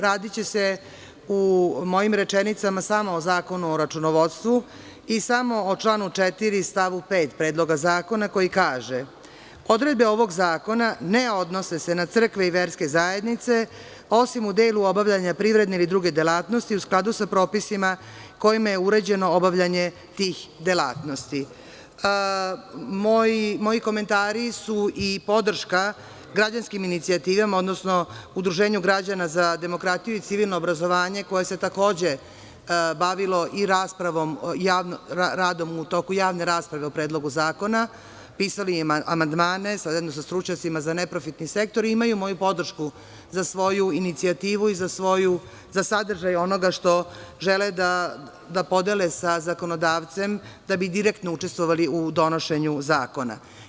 Radiće se u mojim rečenicama samo o zakonu o računovodstvu i samo o članu 4. stavu 5. Predloga zakona, koji kaže: "Odredbe ovog zakona ne odnose se na crkve i verske zajednice, osim u delu obavljanja privredne ili druge delatnosti, u skladu sa propisima kojima je uređeno obavljanje tih delatnosti." Moji komentari su i podrška građanskim inicijativama, odnosno Udruženju građana za demokratiju i civilno obrazovanje koje se, takođe, bavilo i radomu toku javne rasprave o Predlogu zakona, pisali amandmane zajedno sa stručnjacima za neprofitni sektor, imaju moju podršku za svoju inicijativu i za sadržaj onoga što žele da podele sa zakonodavcem, da bi direktno učestvovali u donošenju zakona.